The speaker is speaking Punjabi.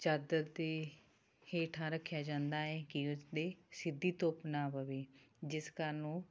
ਚਾਦਰ ਦੇ ਹੇਠਾਂ ਰੱਖਿਆ ਜਾਂਦਾ ਹੈ ਕਿ ਉਸ 'ਤੇ ਸਿੱਧੀ ਧੁੱਪ ਨਾ ਪਵੇ ਜਿਸ ਕਾਰਨ ਉਹ